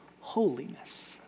holiness